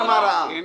אמרתי מה אני הבנתי.